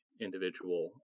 individual